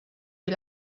you